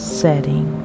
setting